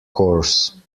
course